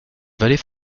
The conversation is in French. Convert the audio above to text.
vallée